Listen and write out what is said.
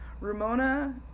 Ramona